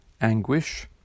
anguish